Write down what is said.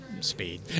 speed